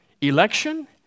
Election